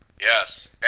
Yes